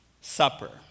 supper